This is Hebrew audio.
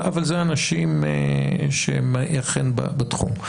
אבל אלה אנשים שהם אכן בתחום.